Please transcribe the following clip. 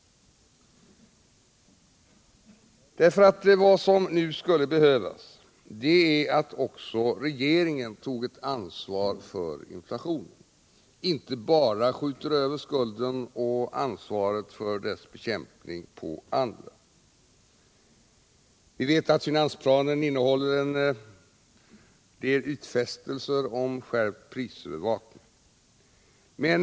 Vad som nu skulle behövas är att också regeringen tog ett ansvar för inflationen —- inte bara skjuter över skulden och ansvaret för dess bekämpning på andra. Finansplanen innehåller en del utfästelser om skärpt prisövervakning.